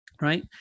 Right